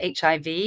HIV